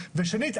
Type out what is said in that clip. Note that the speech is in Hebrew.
ושנית,